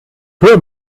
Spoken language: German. hör